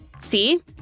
See